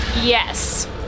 Yes